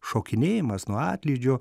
šokinėjimas nuo atlydžio